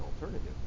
alternative